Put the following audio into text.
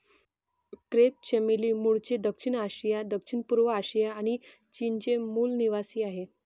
crepe चमेली मूळचे दक्षिण आशिया, दक्षिणपूर्व आशिया आणि चीनचे मूल निवासीआहे